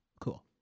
Cool